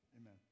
Amen